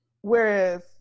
whereas